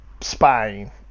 spain